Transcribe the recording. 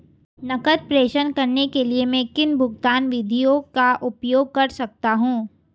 नकद प्रेषण करने के लिए मैं किन भुगतान विधियों का उपयोग कर सकता हूँ?